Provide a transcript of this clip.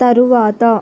తరువాత